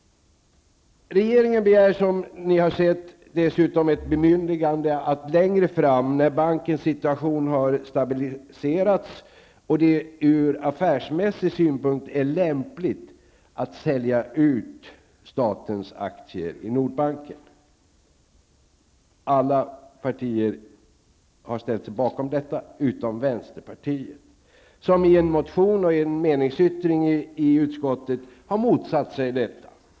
Regeringen begär som ni har sett dessutom ett bemyndigande att längre fram, när bankens situation har stabiliserats och det från affärsmässig synpunkt är lämpligt, sälja ut statens aktier i Nordbanken. Alla partier har ställt sig bakom det utom vänsterpartiet, som i en motion och i en meningsyttring i utskottet har motsatt sig detta.